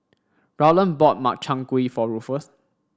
Rowland bought Makchang Gui for Rufus